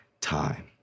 time